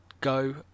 go